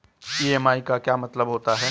EMI का क्या मतलब होता है?